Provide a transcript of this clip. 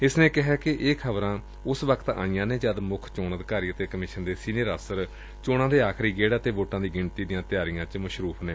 ਇਸ ਨੇ ਕਿਹੈ ਕਿ ਇਹ ਖਬਰਾਂ ਉਸ ਵਕਤ ਆਈਆਂ ਨੇ ਜਦ ਮੁੱਖ ਚੋਣ ਅਧਿਕਾਰੀ ਅਤੇ ਕਮਿਸ਼ਨ ਦੇ ਸੀਨੀਅਰ ਅਪਸਰ ਚੋਣਾਂ ਦਾ ਆਖਰੀ ਗੇੜ ਅਤੇ ਵੋਟਾਂ ਦੀ ਗਿਣਤੀ ਲਈ ਤਿਆਰੀਆਂ ਵਿੱਚ ਮਸਰੂਫ ਨੇ